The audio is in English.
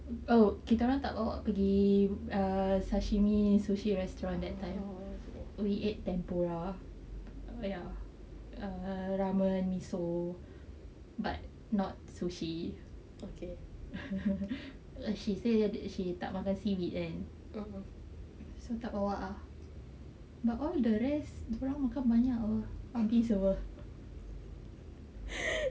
oh kita orang tak bawa pergi ah sashimi sushi restaurant that time we ate tempura ya ramen miso but not sushi she say she oh tak makan seaweed kan so tak bawa ah but all the rest dorang makan banyak obese apa